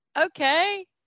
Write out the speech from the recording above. Okay